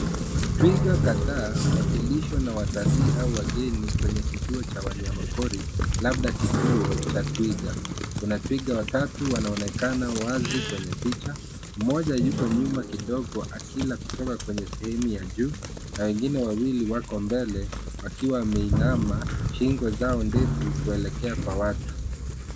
Twiga kadhaa wakilishwa na watalii au wageni kwenye kituo cha wanyama pori labda kituo cha twiga. Kuna twiga watatu wanaonekana wazi kwenye picha. Mmoja yuko nyuma kidogo akila kutoka kwenye sehemu ya juu na wengine wawili wako mbele wakiwa wameinama, shingo zao ndefu kuelekea kwa watu.